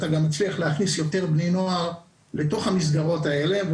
ואתה מצליח להכניס יותר בני נוער לתוך המסגרות האלה,